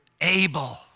Abel